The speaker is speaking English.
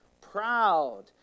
Proud